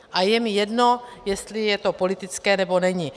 A je mi jedno, jestli je to politické, nebo není.